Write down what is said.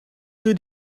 two